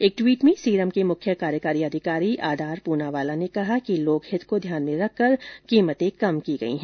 एक ट्वीट में सीरम के मुख्य कार्यकारी अधिकारी आदार पुनावाला ने कहा कि लोकहित को ध्यान में रखकर कीमत कम की गई है